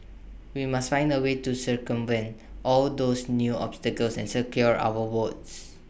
we must find A way to circumvent all those new obstacles and secure our votes